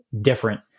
different